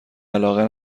علاقه